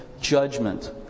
judgment